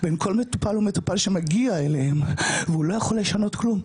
בין כל מטופל ומטופל שמגיע אליהם והוא לא יכול לשנות כלום,